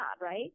right